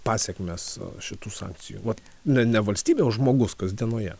pasekmes šitų sankcijų vat ne ne valstybė o žmogus kasdienoje